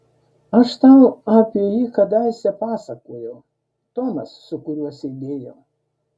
aš tau apie jį kadaise pasakojau tomas su kuriuo sėdėjau